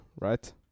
right